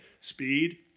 Speed